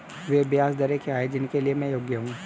वे ब्याज दरें क्या हैं जिनके लिए मैं योग्य हूँ?